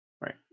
Right